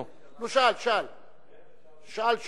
נו, שאל, שאל.